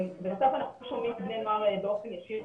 בנוסף אנחנו שומעים מבני נוער באופן ישיר,